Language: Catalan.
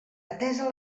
atesa